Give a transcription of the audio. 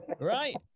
Right